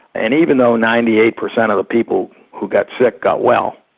and even though ninety eight percent of the people who got sick got well,